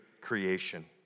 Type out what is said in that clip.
creation